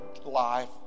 life